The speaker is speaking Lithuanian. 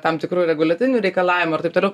tam tikrųjų reguliacinių reikalavimų ir taip toliau